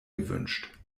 gewünscht